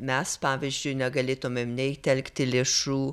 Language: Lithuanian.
mes pavyzdžiui negalėtumėm nei telkti lėšų